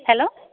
hello